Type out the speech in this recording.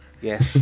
Yes